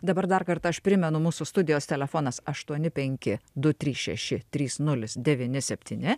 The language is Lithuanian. dabar dar kartą aš primenu mūsų studijos telefonas aštuoni penki du trys šeši trys nulis devyni septyni